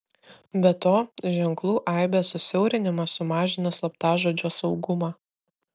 be to ženklų aibės susiaurinimas sumažina slaptažodžio saugumą